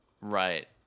right